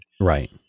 Right